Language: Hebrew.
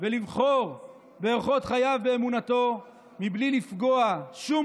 לבחור באורחות חייו ובאמונתו בלי לפגוע שום